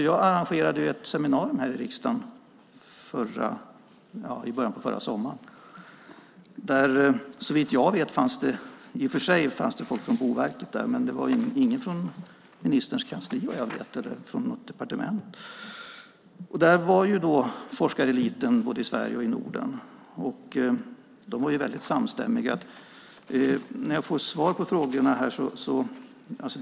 Jag arrangerade ju ett seminarium här i riksdagen i början av förra sommaren. I och för sig fanns det folk från Boverket där, men det var ingen från ministerns kansli som var där, vad jag vet, eller någon från något departement. Forskareliten både från Sverige och från övriga Norden var där, och den var väldigt samstämmig.